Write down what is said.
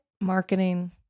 marketing